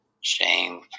shame